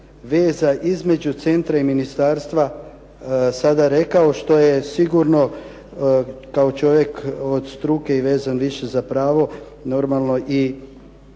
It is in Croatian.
veza između centra i ministarstva sada rekao što je sigurno kao čovjek od struke i vezan više za pravo normalno i